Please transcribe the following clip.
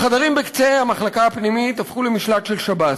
החדרים בקצה המחלקה הפנימית הפכו למשלט של שב"ס.